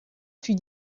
fut